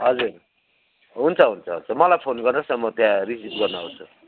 हजुर हुन्छ हुन्छ हुन्छ मलाई फोन गर्नुहोस् न म त्यहाँ रिसिभ गर्नु आउँछु